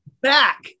back